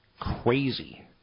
crazy